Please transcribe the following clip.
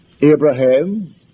Abraham